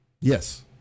Yes